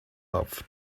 off